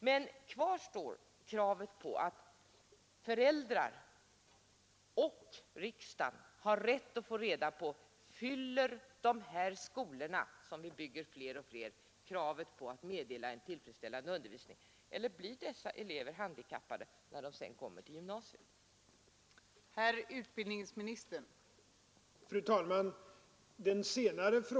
Men kvar står kravet på att föräldrar och riksdag har rätt att få reda på om dessa skolor, som vi bygger fler och fler av, fyller kravet på att meddela en tillfredsställande undervisning, eller om elever från dessa skolor blir handikappade när de kommer till gymnasiet. Jag håller med om kravet på objektivitet och saklighet i många fall,